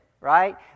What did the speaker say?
right